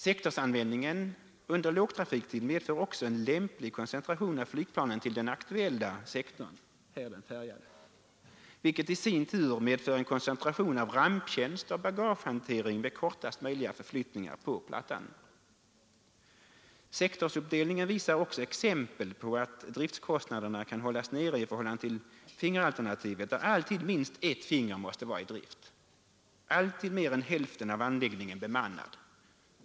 Sektorsanvändningen under lågtrafiktid medför också en lämplig koncentration av flygplanen till den aktuella sektorn, vilket i sin tur medför en koncentration av ramptjänst och bagagehantering med kortaste möjliga förflyttningar på plattan. Sektorsuppdelningen visar också exempel på att driftkostnaderna kan hållas nere i förhållande till fingeralternativet, när alltid minst ett finger måste vara i drift, alltid mer än hälften av anläggningen bemannad.